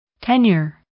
Tenure